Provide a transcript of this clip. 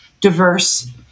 diverse